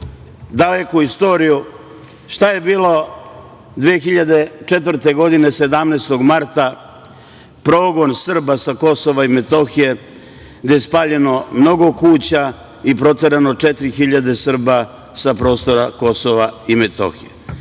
daleku istoriju. Šta je bilo 2004. godine, 17.marta? Progon Srba sa Kosova i Metohije, gde je spaljeno mnogo kuća i proterano 4.000 Srba sa prostora Kosova i Metohije.